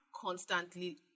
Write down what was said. constantly